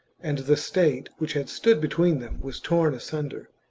and the state, which had stood between them, was torn asunder.